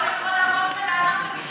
גם השר, הוא לא יכול לעמוד ולענות.